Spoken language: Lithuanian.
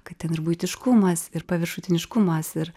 kad ten ir buitiškumas ir paviršutiniškumas ir